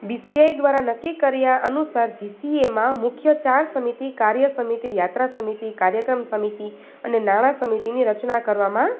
BCI દ્વારા નક્કી કર્યા અનુસાર જીસીએમાં મુખ્ય ચાર સમિતિ કાર્ય સમિતિ યાત્રા સમિતિ કાર્યક્રમ સમિતિ અને નાણાં સમિતિની રચના કરવામાં